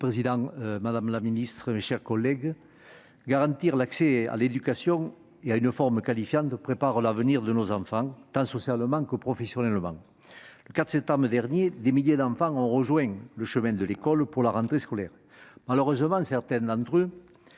le président, madame la secrétaire d'État, mes chers collègues, garantir l'accès à l'éducation et à une formation qualifiante, c'est préparer l'avenir de nos enfants, tant socialement que professionnellement. Le 4 septembre dernier, des milliers d'enfants ont rejoint le chemin de l'école pour la rentrée scolaire. Malheureusement, certains d'entre eux,